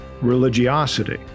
religiosity